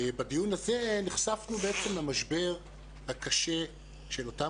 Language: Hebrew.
בדיון הזה נחשפנו בעצם למשבר הקשה של אותם